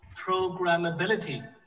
programmability